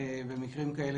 במקרים כאלה,